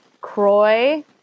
Croy